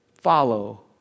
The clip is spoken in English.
follow